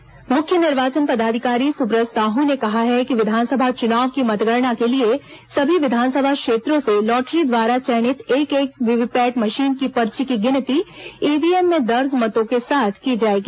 सुब्रत साहू मुख्य निर्वाचन पदाधिकारी सुब्रत साहू ने कहा है कि विधानसभा चुनाव की मतगणना के लिए सभी विधानसभा क्षेत्रों से लॉटरी द्वारा चयनित एक एक वीवीपैट मशीन की पर्ची की गिनती ईव्हीएम में दर्ज मतों के साथ की जाएगी